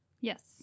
Yes